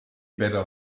better